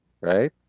right